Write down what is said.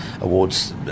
awards